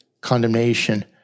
condemnation